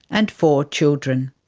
and four children.